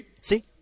See